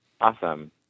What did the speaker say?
Awesome